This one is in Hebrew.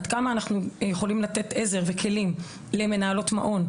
עד כמה אנחנו יכולים לתת עזר וכלים למנהלות מעון,